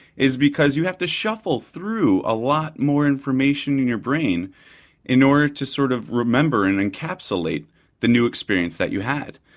is because you have to shuffle through a lot more information in your brain in order to sort of remember and encapsulate the new experience that you had.